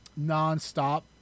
nonstop